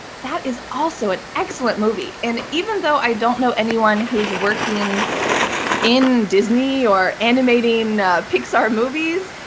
that is also an excellent movie. and even though i don't know anyone who's working in disney or animating pixar movies,